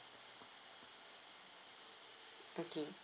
okay